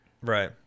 Right